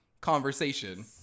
conversation